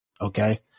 Okay